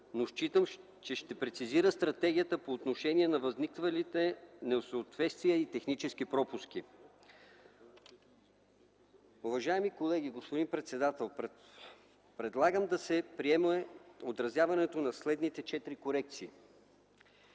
но считам, че ще прецизират стратегията по отношение на възникналите несъответствия и технически пропуски. Уважаеми колеги, господин председател, предлагам да се приеме отразяването на следните четири корекции.